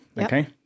okay